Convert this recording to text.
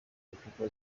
people